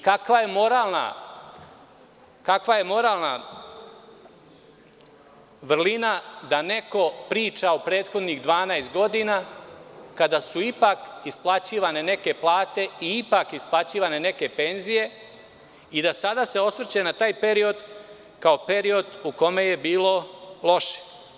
Kakva je moralna vrlina da neko priča o prethodnih 12 godina kada su ipak isplaćivane neke plate i neke penzije, pa da se sada osvrće na taj period, kao period u kome je bilo loše?